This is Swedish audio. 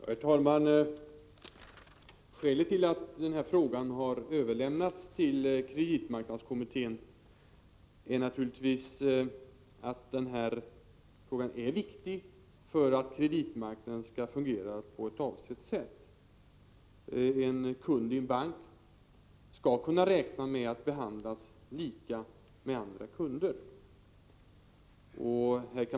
Herr talman! Skälet till att denna fråga har överlämnats till kreditmarknadskommittén är naturligtvis att frågan är viktig för att kreditmarknaden skall kunna fungera på avsett sätt. En kund i en bank skall kunna räkna med att behandlas som andra kunder.